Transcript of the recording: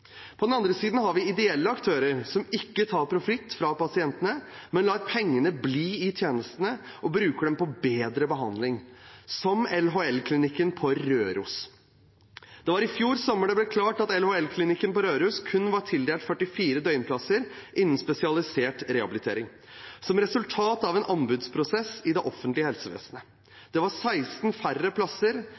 På den andre siden har vi ideelle aktører som ikke tar profitt fra pasientene, men lar pengene bli i tjenestene og bruker dem på bedre behandling, som LHL-klinikkene Røros. Det var i fjor sommer det ble klart at LHL-klinikkene Røros kun var tildelt 44 døgnplasser innen spesialisert rehabilitering, som resultat av en anbudsprosess i det offentlige helsevesenet. Det var 16 færre plasser